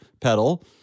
pedal